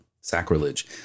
Sacrilege